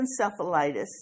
encephalitis